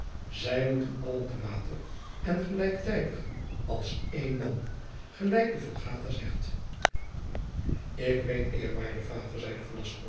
zij moeten allen te water en gelijktijdig als één man gelijk de vulgata zegt ik weet eerwaarde vader zeide